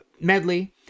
medley